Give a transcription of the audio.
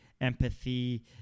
empathy